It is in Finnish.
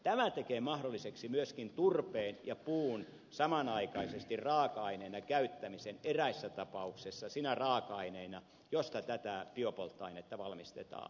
tämä tekee mahdolliseksi myöskin turpeen ja puun samanaikaisesti raaka aineena käyttämisen eräissä tapauksissa sinä raaka aineena josta tätä biopolttoainetta valmistetaan